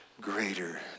greater